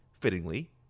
fittingly